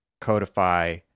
codify